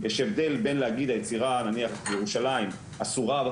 יש הבדל בין להגיד היצירה נניח ירושלים אסורה,